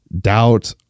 doubt